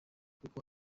kuko